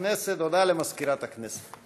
הודעה למזכירת הכנסת.